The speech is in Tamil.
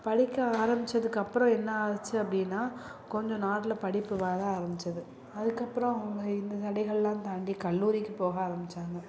படிக்க ஆரம்பிச்சதுக்கப்புறம் என்ன ஆச்சு அப்படின்னா கொஞ்சம் நாளில் படிப்பு வர ஆரம்பிச்சது அதுக்கப்புறம் அவங்க இந்த தடைகள்லாம் தாண்டி கல்லூரிக்கு போக ஆரம்பிச்சாங்க